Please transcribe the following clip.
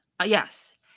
Yes